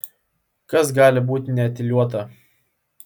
kas gali būti neetiliuota